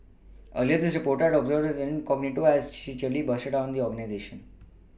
earlier this reporter had observed her incognito as she cheerily bustled around the organisation